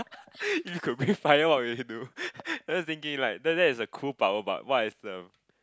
if you could breathe fire what you do thinking like that that's cool power but what is the